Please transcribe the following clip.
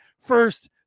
first